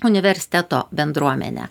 universiteto bendruomenę